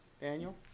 Daniel